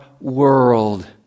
world